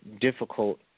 difficult